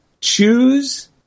choose